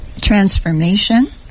transformation